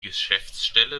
geschäftsstelle